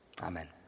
Amen